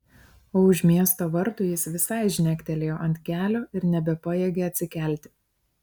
o už miesto vartų jis visai žnektelėjo ant kelio ir nebepajėgė atsikelti